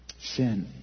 Sin